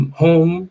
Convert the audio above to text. home